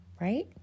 right